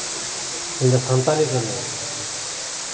ᱤᱧ ᱫᱚ ᱥᱟᱱᱛᱟᱞᱤ ᱠᱟᱹᱱᱟᱹᱧ